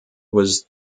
was